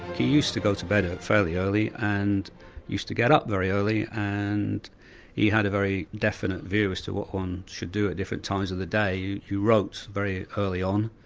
he used to go to bed ah fairly early and used to get up very early, and he had a very definite view as to what one should do at different times of the day. you you wrote very early on,